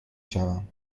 شوم